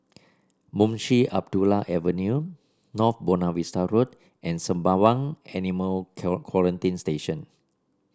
Munshi Abdullah Avenue North Buona Vista Road and Sembawang Animal Quarantine Station